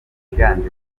biganjemo